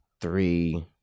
three